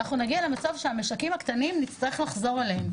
ואנחנו נגיע למצב שאנחנו נצטרך לחזור למשקים הקטנים,